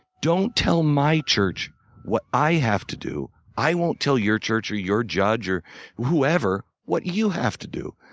don't tell my church what i have to do i won't tell your church or your judge or whoever what you have to do.